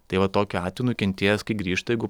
tai va tokiu atveju nukentėjęs kai grįžta jeigu